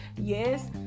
yes